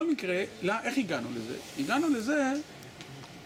בכל מקרה, איך הגענו לזה? הגענו לזה...